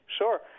sure